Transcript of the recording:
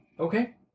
Okay